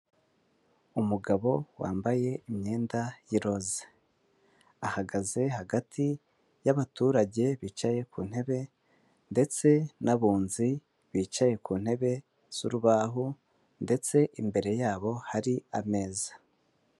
Umugabo wambaye imyenda y'iroze, ahagaze hagati y'abaturage bicaye ku ntebe ndetse n'abunzi bicaye ku ntebe z'urubaho ndetse imbere yabo hari ameza.